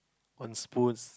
on spoons